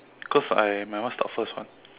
because I my one start first [what]